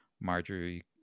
marjorie